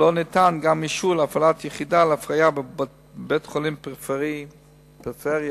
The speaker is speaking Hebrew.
לא ניתן גם אישור להפעלת יחידה להפריה בבית-חולים בפריפריה בצפון.